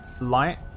light